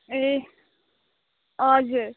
ए हजुर